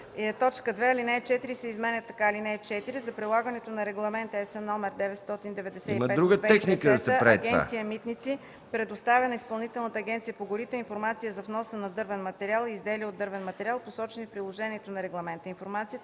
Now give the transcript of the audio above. „2. Алинея 4 се изменя така: „(4) За прилагането на Регламент (ЕС) № 995/2010 Агенция „Митници” предоставя на Изпълнителната агенция по горите информация за вноса на дървен материал и изделия от дървен материал, посочени в приложението на регламента. Информацията